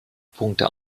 punkte